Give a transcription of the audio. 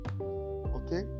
okay